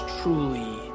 truly